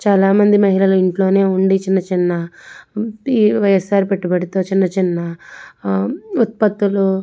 చాలామంది మహిళలు ఇంట్లో ఉండి చిన్న చిన్న వైఎస్ఆర్ పెట్టుబడితో చిన్న చిన్న ఉత్పత్తులు